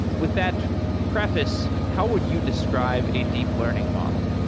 with that preface, how would you describe a deep learning model?